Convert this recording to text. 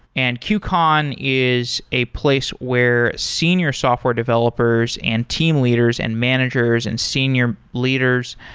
and qcon is a place where senior software developers and team leaders and managers and senior leaders,